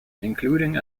including